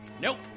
Nope